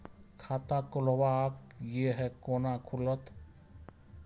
खाता खोलवाक यै है कोना खुलत?